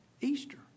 Easter